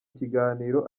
kiganiro